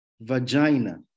vagina